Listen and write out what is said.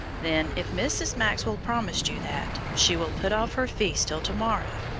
then if mrs. maxwell promised you that, she will put off her feast till to-morrow,